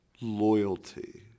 loyalty